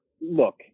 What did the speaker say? look